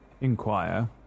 inquire